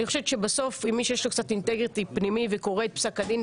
אני חושבת שבסוף מי שיש לו קצת אינטגריטי פנימי וקורא את פסק הדין,